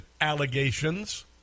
allegations